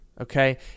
okay